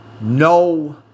no